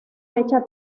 fecha